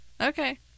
Okay